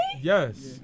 Yes